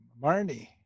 Marnie